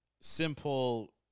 simple